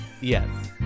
Yes